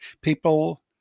people